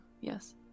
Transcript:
yes